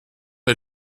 est